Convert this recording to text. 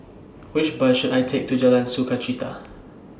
Which Bus should I Take to Jalan Sukachita